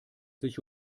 sich